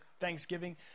Thanksgiving